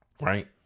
right